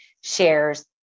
shares